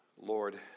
Lord